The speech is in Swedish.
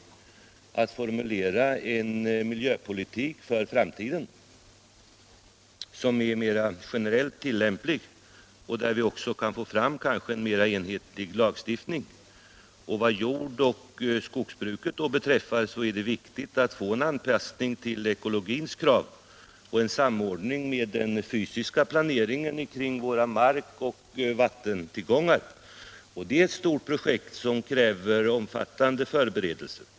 Det gäller att formulera en miljöpolitik för framtiden som är mera generellt tillämplig, och där vi kanske också kan få fram en mer enhetlig lagstiftning. Vad jord och skogsbruket beträffar är det viktigt att få en anpassning till ekologins krav och en samordning med den fysiska planeringen kring våra mark och vattentillgångar. Det är ett stort projekt som kräver omfattande förberedelser.